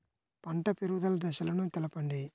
పంట పెరుగుదల దశలను తెలపండి?